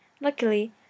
Luckily